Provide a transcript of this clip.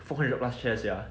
four hundred plus chairs sia